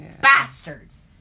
bastards